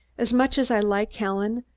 as much as i like helen,